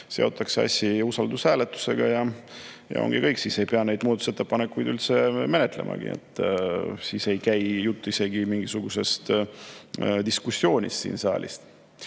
seotakse asi usaldushääletusega ja ongi kõik, siis ei pea muudatusettepanekuid üldse menetlemagi. Siis ei käi jutt isegi mingisugusest diskussioonist siin saalis,